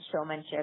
showmanship